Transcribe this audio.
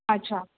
अच्छा